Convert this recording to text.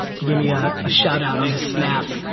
he gave me a shoutout on his snap.